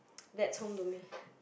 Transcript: that's home to me